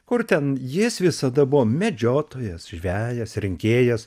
kur ten jis visada buvo medžiotojas žvejas rinkėjas